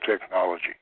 technology